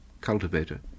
cultivator